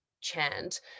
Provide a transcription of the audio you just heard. chant